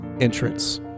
entrance